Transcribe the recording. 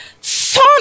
son